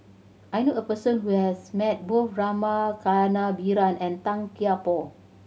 I knew a person who has met both Rama Kannabiran and Tan Kian Por